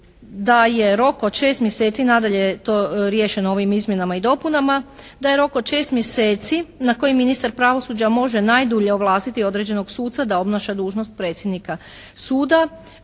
da je rok od 6 mjeseci, nadalje je to riješeno ovim izmjenama i dopunama da je rok od 6 mjeseci na koji ministar pravosuđa može najdulje ovlastiti određenog suca da obnaša dužnost predsjednika suda